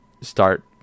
start